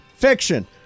Fiction